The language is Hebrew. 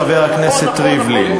חבר הכנסת ריבלין,